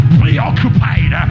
preoccupied